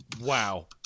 Wow